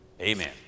Amen